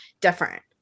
different